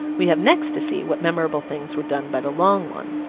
we have next to see what memorable things were done by the long one.